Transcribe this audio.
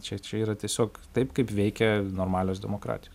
čia čia yra tiesiog taip kaip veikia normalios demokratijos